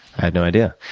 i had no idea.